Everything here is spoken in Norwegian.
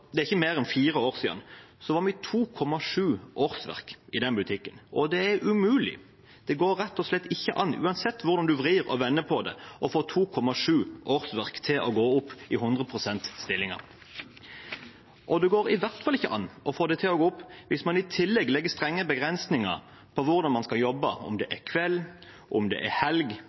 det er ikke mer enn fire år siden, var vi 2,7 årsverk i den butikken, og det er umulig – det går rett og slett ikke an, uansett hvordan du vrir og vender på det – å få 2,7 årsverk til å gå opp i 100-prosentstillinger. Og det går i hvert fall ikke an å få det til å gå opp hvis man i tillegg legger strenge begrensninger på hvordan man skal jobbe – om det er kveld, om det er helg,